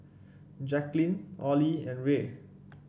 Jacquline Olie and Rae